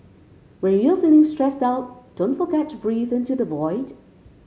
when you are feeling stressed out don't forget to breathe into the void